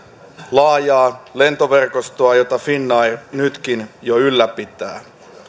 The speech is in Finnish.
laajaa lentoverkostoa jota finn air nytkin jo ylläpitää